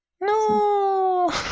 No